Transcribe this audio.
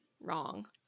wrong